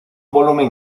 volumen